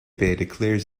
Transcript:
declares